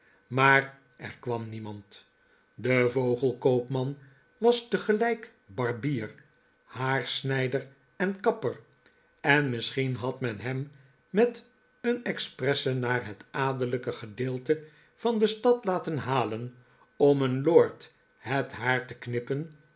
maar er kwam niemand de vogelkoopman was tegelfjk barbier haarsnijder en kapper en misschien had men hem met een expresse naar het adellijke gedeelte van de stad laten halen om een lord het haar te knippen